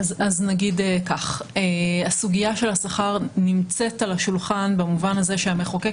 --- סוגיית השכר נמצאת על השולחן במובן הזה שהמחוקק